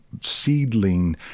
seedling